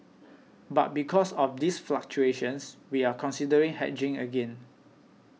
but because of these fluctuations we are considering hedging again